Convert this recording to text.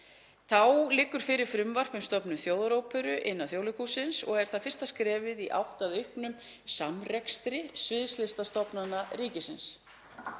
Þá liggur fyrir frumvarp um stofnun þjóðaróperu innan Þjóðleikhússins og er það fyrsta skrefið í átt að auknum samrekstri sviðslistastofnana ríkisins.